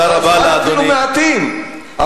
הסעת המונים,